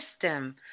system